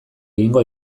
egingo